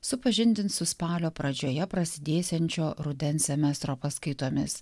supažindins su spalio pradžioje prasidėsiančio rudens semestro paskaitomis